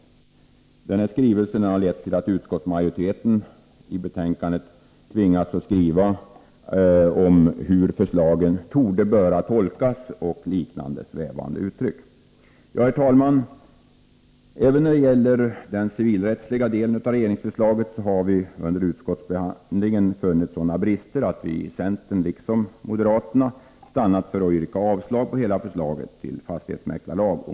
SPAFAB:s skrivelse har lett till att utskottsmajoriteten tvingats skriva i utskottsbetänkandet hur förslagen torde böra tolkas och liknande svävande uttryck. Herr talman! Även när det gäller den civilrättsliga delen av regeringsförslaget har vi under utskottsbehandlingen funnit sådana brister att vi i centern, liksom moderaterna, stannat för att yrka avslag på hela förslaget till fastighetsmäklarlag.